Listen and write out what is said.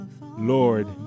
Lord